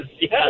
yes